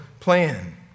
Plan